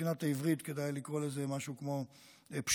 מבחינת העברית כדאי לקרוא לזה משהו כמו "פשיעה